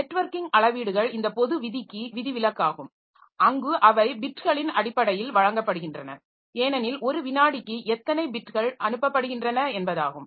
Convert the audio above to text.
networking அளவீடுகள் இந்த பொது விதிக்கு விதிவிலக்காகும் அங்கு அவை பிட்களின் அடிப்படையில் வழங்கப்படுகின்றன ஏனெனில் ஒரு வினாடிக்கு எத்தனை பிட்கள் அனுப்பப்படுகின்றன என்பதாகும்